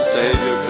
Savior